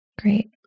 Great